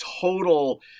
total